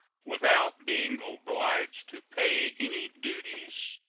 without being obliged to pay any duties,